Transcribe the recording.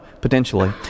potentially